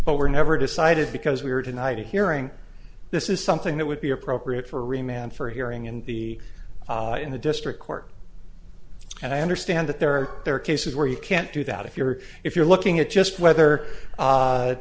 but were never decided because we were denied a hearing this is something that would be appropriate for re man for hearing in the in the district court and i understand that there are there are cases where you can't do that if you're if you're looking at just whether